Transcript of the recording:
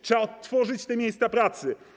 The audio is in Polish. Trzeba odtworzyć te miejsca pracy.